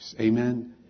Amen